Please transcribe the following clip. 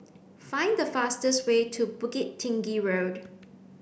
find the fastest way to Bukit Tinggi Road